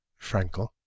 Frankel